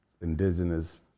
indigenous